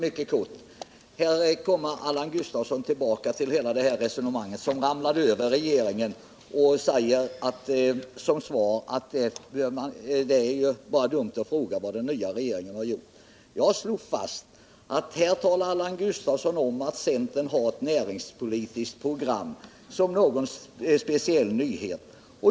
Herr talman! Allan Gustafsson kommer tillbaka till hela resonemanget om regeringen och säger att det bara är dumt att fråga vad den nya regeringen har gjort. Jag slog fast att centern framhåller som en nyhet att man har ett näringspolitiskt program.